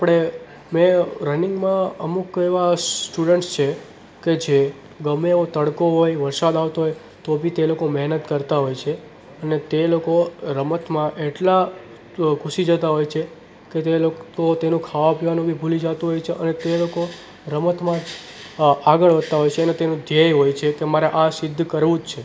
આપણે મેં રનીંગમાં અમુક એવા સ્ટુડન્ટસ છે કે જે ગમે એવો તડકો હોય વરસાદ આવતો હોય તો બી તે લોકો મહેનત કરતા હોય છે અને તે લોકો રમતમાં એટલા ઘૂસી જતા હોય છે કે તે લોકો તેનું ખાવા પીવાનું બી ભૂલી જતું હોય છે એ લોકો રમતમાં જ આગળ વધતા હોય છે અને તેનું ધ્યેય હોય છે કે મારે આ સિદ્ધ કરવું જ છે